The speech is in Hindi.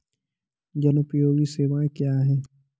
जनोपयोगी सेवाएँ क्या हैं?